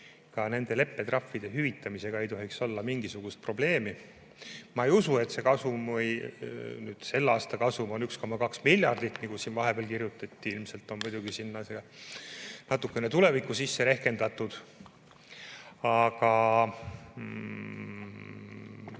ka nende leppetrahvide hüvitamisega ei tohiks olla mingisugust probleemi. Ma ei usu, et selle aasta kasum on 1,2 miljardit, nagu siin vahepeal kirjutati. Ilmselt on sellesse natukene tulevikku sisse rehkendatud. Aga